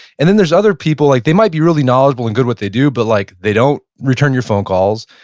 and then there's other people, like they might be really knowledgeable and good with what they do, but like they don't return your phone calls,